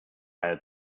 had